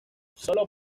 sólo